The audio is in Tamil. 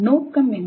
நோக்கம் என்ன